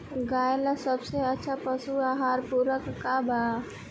गाय ला सबसे अच्छा पशु आहार पूरक का बा?